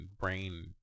brain